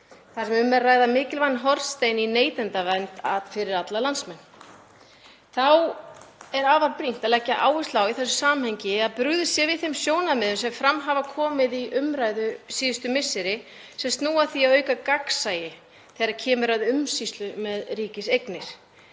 er að ræða mikilvægan hornstein í neytendavernd fyrir alla landsmenn. Þá er afar brýnt í þessu samhengi að leggja áherslu á að brugðist sé við þeim sjónarmiðum sem fram hafa komið í umræðu síðustu misseri sem snúa að því að auka gagnsæi þegar kemur að umsýslu með ríkiseignir.